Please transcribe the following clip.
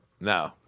No